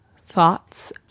thoughts